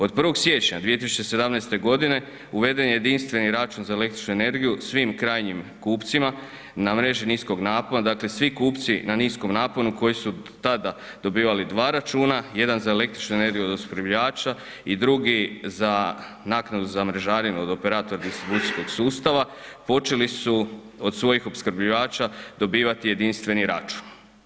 Od 1. siječnja 2017. godine uveden je jedinstveni račun za električnu energiju svim krajnjim kupcima na mreži niskog napona, dakle, svi kupci na niskom naponu, koji su tada dobivali dva računa, jedan za električnu energiju od opskrbljivača i drugi za naknadu za mrežarinu od Operator distribucijskog sustava, počeli su od svojih opskrbljivača dobivati jedinstveni račun.